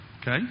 Okay